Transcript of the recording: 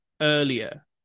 earlier